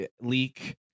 leak